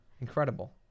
Incredible